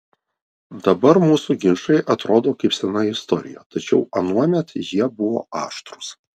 dabar mūsų ginčai atrodo kaip sena istorija tačiau anuomet jie buvo aštrūs